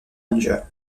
anger